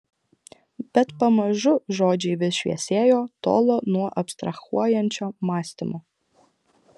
bet pamažu žodžiai vis šviesėjo tolo nuo abstrahuojančio mąstymo